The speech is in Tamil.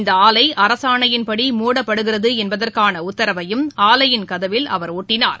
இந்தஆலைஅரசாணையின்படி மூடப்படுகிறதுஎன்பதற்கானஉத்தரவையும் ஆலையின் கதவில் அவர் ஒட்டினார்